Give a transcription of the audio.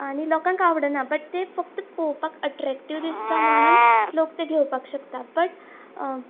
आनी लोकांक आवडना बट ते फक्त पळोवपाक अट्रेक्टीव दिसता म्हणून लोक ते घेवपाक शकता बट